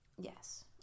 Yes